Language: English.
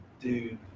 Dude